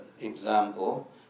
example